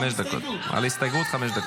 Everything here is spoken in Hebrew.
גלעד, אתה לא עולה?